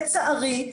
לצערי,